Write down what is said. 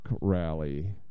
rally